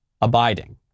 abiding